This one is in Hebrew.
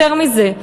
יותר מזה,